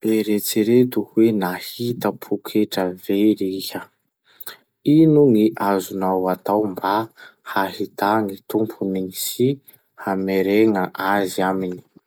Eritsereto hoe nahita poketra very iha. Ino gn'azonao atao mba hahià gny tompony sy hameregna azy aminy?